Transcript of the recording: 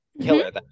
killer